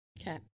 okay